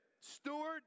steward